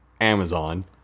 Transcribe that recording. amazon